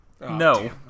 No